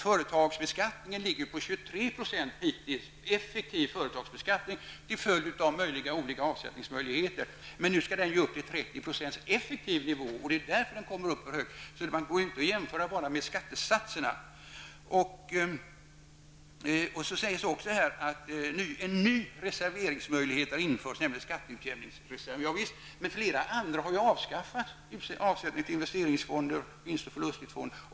Företagsbeskattningen ligger på hittills 23 % effektiv beskattning till följd av olika avsättningsmöjligheter. Men nu skall den upp till 30 % effektiv nivå. Det går alltså inte att bara jämföra med skattesatserna. Nu sägs det att en ny reseveringsmöjlighet har införts, nämligen skatteutjämningsreserven. Men i stället har flera andra avskaffats, t.ex. avsättning till investeringsfonder och vinst och förlustfonder.